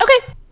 Okay